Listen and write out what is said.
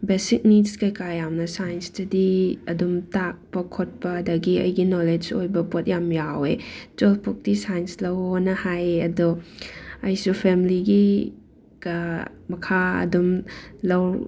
basic ꯅꯤꯗꯁ ꯀꯩꯀꯥ ꯌꯥꯝꯅ ꯁꯥꯏꯟꯁꯇꯗꯤ ꯑꯗꯨꯝ ꯇꯥꯛꯄ ꯈꯣꯠꯄ ꯑꯗꯒꯤ ꯑꯩꯒꯤ ꯅꯣꯂꯦꯠꯖ ꯑꯣꯏꯕ ꯄꯣꯠ ꯌꯥꯝ ꯌꯥꯎꯋꯦ ꯇꯨꯌꯦꯜꯐ ꯐꯧꯎꯇꯤ ꯁꯥꯏꯟꯁ ꯂꯧꯋꯣꯅ ꯍꯥꯏꯌꯦ ꯑꯗꯣ ꯑꯩꯁꯨ ꯐꯦꯝꯂꯤꯒꯤ ꯀꯥ ꯃꯈꯥ ꯑꯗꯨꯝ ꯂꯧ